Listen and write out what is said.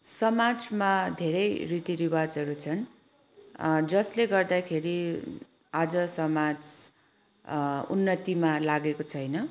समाजमा धेरै रीतिरिवाजहरू छन् जसले गर्दाखेरि आज समाज उन्नतिमा लागेको छैन